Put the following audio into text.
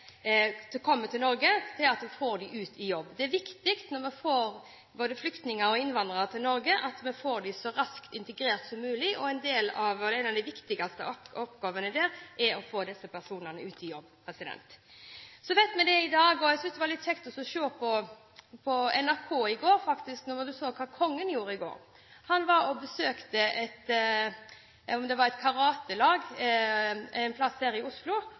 viktig når vi får både flyktninger og innvandrere til Norge, at vi får dem integrert så raskt som mulig. En av de viktigste oppgavene der er å få disse personene ut i jobb. Jeg syntes det var litt kjekt å se på NRK i går, da vi så hva kongen gjorde. Han besøkte – jeg tror det var et karatelag et sted her i Oslo, og vi så den flerkulturelle gruppen som var der. Da sa den ene treneren der at for hans sønn betydde det ingen ting om lekekameraten hans het Muhammed, eller om han het Arne. Det er der